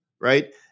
right